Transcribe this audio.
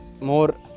more